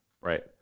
Right